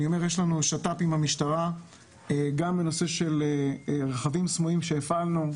יש לנו שת"פים עם המשטרה גם ברכבים סמויים שהפעלנו.